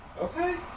Okay